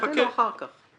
תענה לו אחר כך.